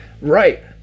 right